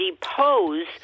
depose